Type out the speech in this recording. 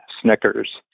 Snickers